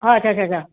हां अच्छा अच्छा अच्छा